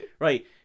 Right